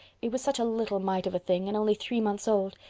it was such a little mite of a thing and only three months old,